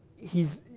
he's,